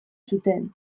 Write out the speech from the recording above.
zuten